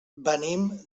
venim